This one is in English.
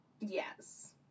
Yes